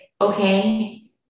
okay